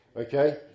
Okay